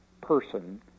person